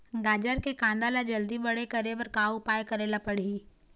गाजर के कांदा ला जल्दी बड़े करे बर का उपाय करेला पढ़िही?